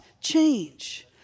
change